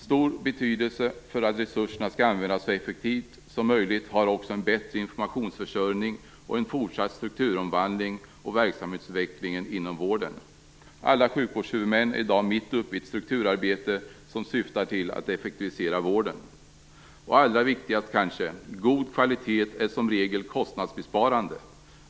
Stor betydelse för att resurserna skall användas så effektivt som möjligt har också en bättre informationsförsörjning och en fortsatt strukturomvandling och verksamhetsutveckling inom vården. Alla sjukvårdshuvudmän är i dag mitt uppe i ett strukturarbete som syftar till att effektivisera vården. Allra viktigast är kanske att god kvalitet som regel är kostnadsbesparande.